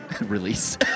Release